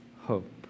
hope